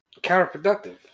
counterproductive